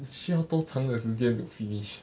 你需要多长的时间 to finish